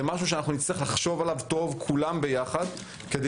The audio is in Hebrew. זה דבר שנצטרך לחשוב עליו היטב כולם ביחד כדי